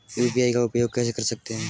UPI का उपयोग कैसे कर सकते हैं?